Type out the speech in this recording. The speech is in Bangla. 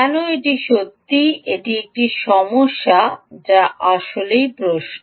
কেন এটি সত্যিই একটি সমস্যা যা আসলেই প্রশ্ন